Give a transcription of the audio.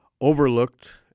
overlooked